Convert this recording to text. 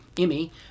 Emmy